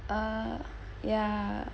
uh ya